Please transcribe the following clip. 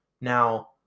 now